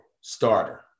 starter